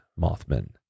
Mothman